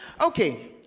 Okay